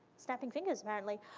snapping fingers apparently.